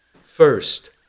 First